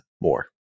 more